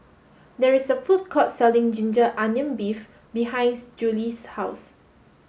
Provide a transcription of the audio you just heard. there is a food court selling Ginger Onion Beef behind Julie's house